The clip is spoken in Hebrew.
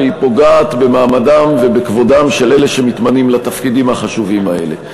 והיא פוגעת במעמדם ובכבודם של אלה שמתמנים לתפקידים החשובים האלה.